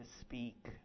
speak